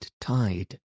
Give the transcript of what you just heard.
tide